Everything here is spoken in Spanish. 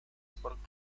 sport